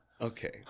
Okay